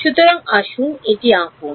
সুতরাং আসুন এটি আঁকুন